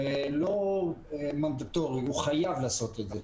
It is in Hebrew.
זה לא מנדטורי, הוא חייב לעשות את זה.